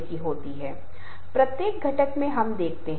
तो आप रूपरेखा नीचे लिखकर शुरू करते हैं